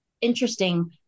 interesting